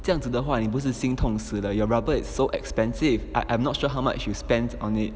这样子的话你不是心痛死了 your rubber it's so expensive I I'm not sure how much you spend on it